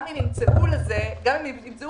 גם אם ימצאו חיסון,